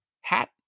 hat